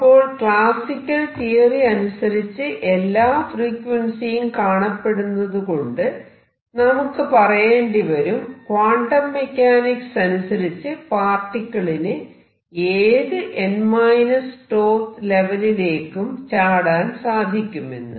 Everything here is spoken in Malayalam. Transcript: അപ്പോൾ ക്ലാസിക്കൽ തിയറി അനുസരിച്ച് എല്ലാ ഫ്രീക്വൻസിയും കാണപ്പെടുന്നതുകൊണ്ട് നമുക്ക് പറയേണ്ടി വരും ക്വാണ്ടം മെക്കാനിക്സ് അനുസരിച്ച് പാർട്ടിക്കിളിന് ഏത് n 𝞃th ലെവലിലേക്കും ചാടാൻ സാധിക്കുമെന്ന്